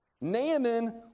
Naaman